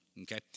okay